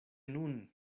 nun